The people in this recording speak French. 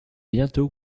bientôt